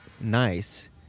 nice